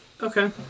Okay